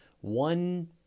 One